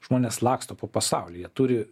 žmonės laksto po pasaulį jie turi